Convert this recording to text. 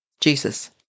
Jesus